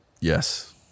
Yes